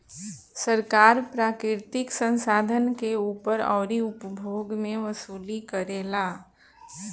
सरकार प्राकृतिक संसाधन के ऊपर अउरी उपभोग मे वसूली करेला